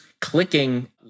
clicking